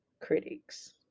critics